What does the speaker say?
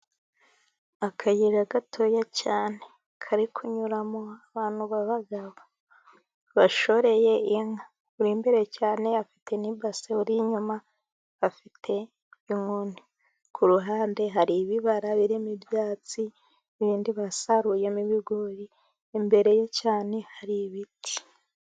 Akayira gatoya cyane kari kunyuramo abantu bashoreye inka, uwimbere cyane afite ni ibase urinyuma afite inkoni, ku ruhande hari ibibara birimo ibyatsi n'ibindi, basaruyemo ibigori imbere ye cyane hari ibiti.